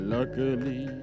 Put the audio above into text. Luckily